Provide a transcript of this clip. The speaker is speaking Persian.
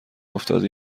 افتادی